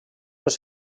les